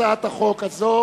להצעת החוק הזו